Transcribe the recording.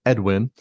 Edwin